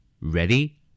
Ready